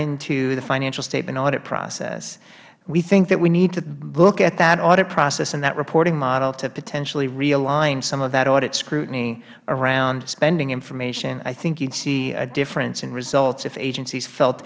into the financial statement audit process we think that we need to look at that audit process and that reporting model to potentially realign some of that audit scrutiny around spending information i think you would see a difference in results if agencies felt